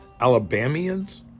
Alabamians